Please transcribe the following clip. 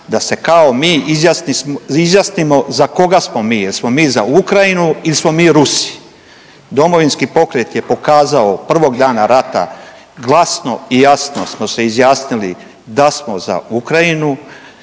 da se kao mi izjasnimo za koga smo mi, jesmo mi za Ukrajinu ili smo mi Rusi. Domovinski pokret je pokazao prvog dana rata glasno i jasno smo se izjasnili da smo za Ukrajinu,